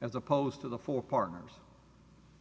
as opposed to the four partners